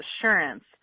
assurance